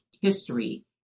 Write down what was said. history